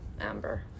amber